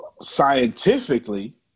scientifically